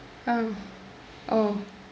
ah oh